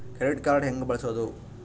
Credit card ಹೆಂಗ ಬಳಸೋದು?